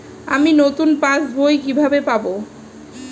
আমি নতুন পাস বই কিভাবে পাব?